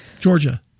Georgia